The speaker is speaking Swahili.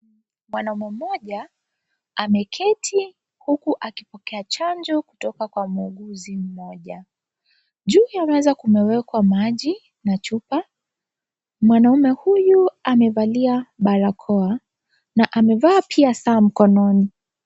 Mwanamme mmoja ameketi huku akipokea chanjo kutoka kwa muuguzi mmoja, juu ya meza kumewekwa maji na chupa mwanamme huyu anaangalia barakoa na amevalia pia saa mkononi.